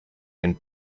den